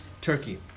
Turkey